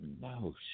No